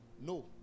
No